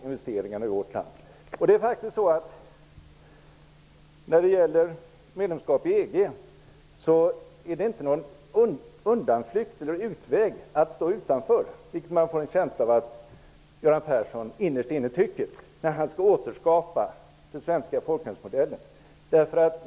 När det gäller medlemskap i EG är det inte någon utväg att stå utanför, vilket man får en känsla av att Göran Persson innerst inne tycker när han skall återskapa den svenska folkhemsmodellen.